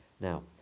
Now